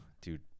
Dude